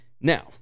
Now